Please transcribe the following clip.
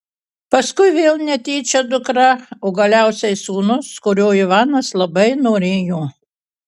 paskui vėl netyčia dukra o galiausiai sūnus kurio ivanas labai norėjo